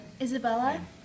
Isabella